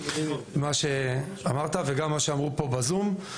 למה שאתה אמרת וגם למה שאמרו פה בזום.